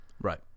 right